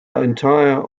entire